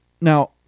now